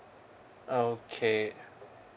okay